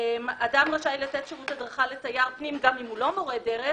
אדם רשאי לתת שירות הדרכה לתייר פנים גם אם הוא לא מורה דרך,